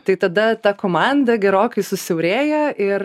tai tada ta komanda gerokai susiaurėja ir